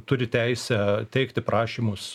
turi teisę teikti prašymus